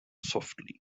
softly